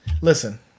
Listen